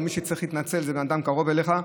ומי שצריך להתנצל זה בן אדם קרוב אליך,